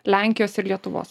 lenkijos ir lietuvos